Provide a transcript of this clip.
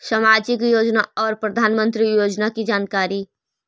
समाजिक योजना और प्रधानमंत्री योजना की जानकारी?